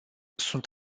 sunt